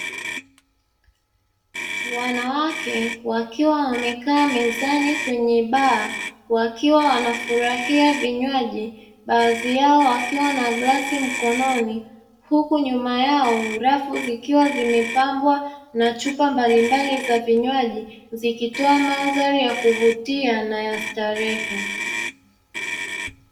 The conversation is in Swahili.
Wanawake wakiwa wamekaa mezani kwenye baa wakiwa wanafurahia vinywaji baadhi yao wakiwa na glasi mkononi, huku nyuma yao rafu zikiwa zimepambwa na chupa mbalimbali za vinywaji zikitoa mandhari ya kuvutia na ya starehe.